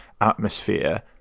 atmosphere